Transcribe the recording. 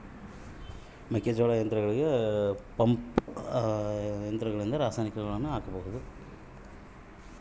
ಮೆಕ್ಕೆಜೋಳ ಬೆಳೆಗೆ ಯಾವ ಯಂತ್ರದಿಂದ ರಾಸಾಯನಿಕಗಳನ್ನು ಹಾಕಬಹುದು?